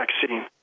vaccine